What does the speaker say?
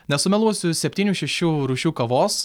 nesumeluosiu septynių šešių rūšių kavos